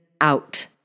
out